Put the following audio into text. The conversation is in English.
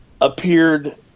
appeared